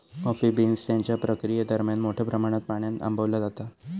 coffee beans त्यांच्या प्रक्रियेदरम्यान मोठ्या प्रमाणात पाण्यान आंबवला जाता